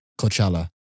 Coachella